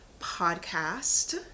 podcast